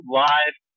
live